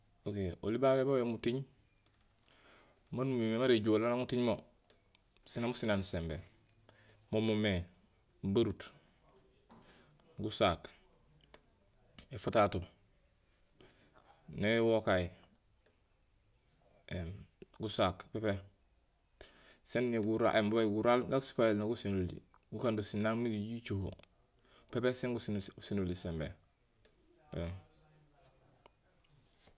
Ok oli babé babaj mutiiŋ maan umimé mara éjoola néni utiiŋ mo, sénaaŋ muséén aan sembé mo moomé baruut, gusaak, éfatato, naŋ éwokaay, éém gusaak pépé. Sen ñé guraal, éém babaaj guraal gaan sipaayoli naa guséén oli gukando sinaaŋ miin jiju jicohoo, pépé sen guséén oli sembééém